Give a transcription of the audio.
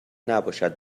نباشند